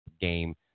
game